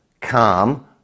calm